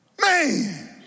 Man